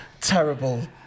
terrible